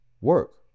work